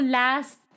last